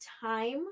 time